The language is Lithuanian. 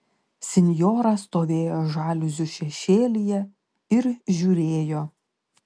sinjora stovėjo žaliuzių šešėlyje ir žiūrėjo